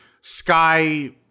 sky